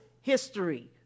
History